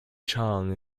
chong